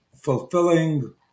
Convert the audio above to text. fulfilling